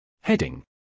Heading